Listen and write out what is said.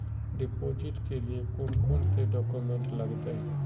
Deposit के लिए कौन कौन से डॉक्यूमेंट लगते?